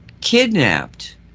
kidnapped